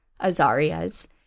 Azaria's